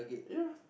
ya